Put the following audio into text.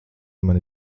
mani